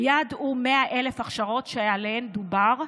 היעד הוא 100,000 הכשרות שעליהן דובר,